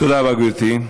תודה רבה, גברתי.